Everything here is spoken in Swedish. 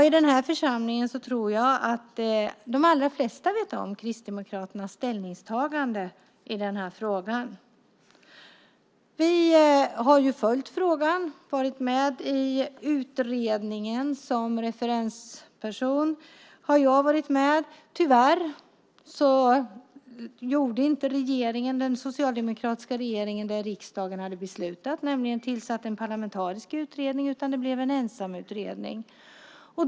I den här församlingen tror jag att de allra flesta känner till Kristdemokraternas ställningstagande i frågan. Vi har följt frågan. Jag har varit med i utredningen som referensperson. Tyvärr gjorde inte den socialdemokratiska regeringen det riksdagen hade beslutat, nämligen att tillsätta en parlamentarisk utredning. Det blev en ensamutredning i stället.